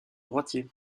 droitier